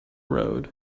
road